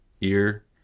ear